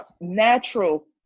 natural